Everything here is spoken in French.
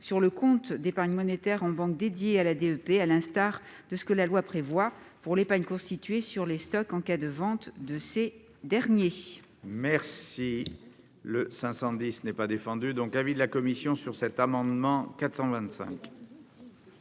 sur le compte d'épargne monétaire en banque dédié à la DEP, à l'instar de ce que la loi prévoit pour l'épargne constituée sur des stocks en cas de vente de ces derniers. L'amendement n° I-510 rectifié n'est pas défendu. Quel est l'avis de la commission sur l'amendement n°